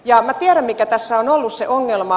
minä tiedän mikä tässä on ollut se ongelma